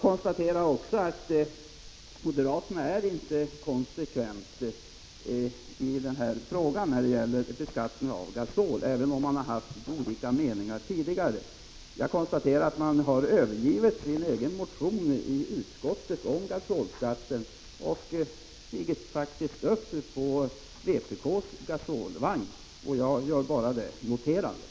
Moderaterna är inte konsekventa i frågan om beskattning av gasol, och de har tidigare haft olika meningar. De har i utskottet övergivit sin egen motion om gasolskatten och har stigit upp på vpk:s gasolvagn.